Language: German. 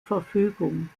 verfügung